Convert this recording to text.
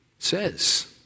Says